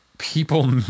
people